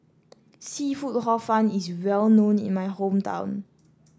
seafood Hor Fun is well known in my hometown